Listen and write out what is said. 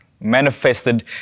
manifested